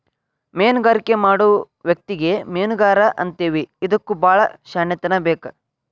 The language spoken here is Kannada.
ಮೇನುಗಾರಿಕೆ ಮಾಡು ವ್ಯಕ್ತಿಗೆ ಮೇನುಗಾರಾ ಅಂತೇವಿ ಇದಕ್ಕು ಬಾಳ ಶ್ಯಾಣೆತನಾ ಬೇಕ